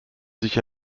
sich